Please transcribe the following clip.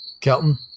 Kelton